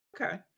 Okay